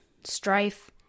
strife